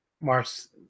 Mars